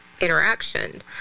interaction